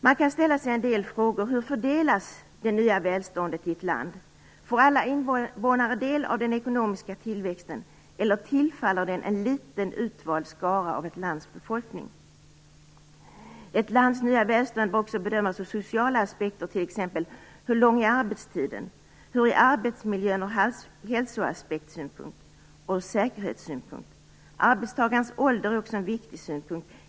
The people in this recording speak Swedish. Man kan ställa sig en del frågor. Hur fördelas det nya välståndet i ett land? Får alla invånare del av den ekonomiska tillväxten eller tillfaller den en liten, utvald skara av ett lands befolkning? Ett lands nya välstånd bör också bedömas ur sociala aspekter. Man bör t.ex. fråga: Hur lång är arbetstiden? Hur är arbetsmiljön ur hälso och säkerhetsaspekt? Arbetstagarnas ålder är också en viktig synpunkt.